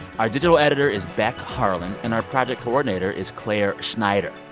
our digital editor is beck harlan, and our project coordinator is clare schneider.